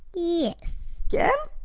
yes! yeah